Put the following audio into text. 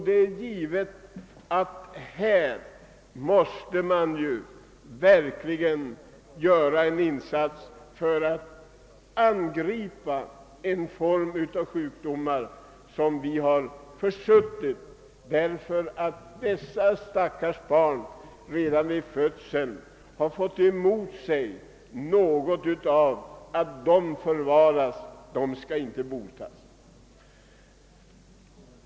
De visar att vi verkligen måste göra en insats för att angripa sjukdomar, som vi har försummat därför att de stackars barnen redan vid födelsen fått stämpeln: De skall förvaras, de skall inte botas.